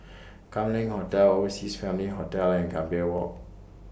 Kam Leng Hotel Overseas Family Hotel and Gambir Walk